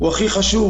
הוא הכי חשוב,